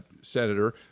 Senator